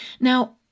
Now